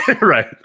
Right